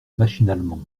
machinalement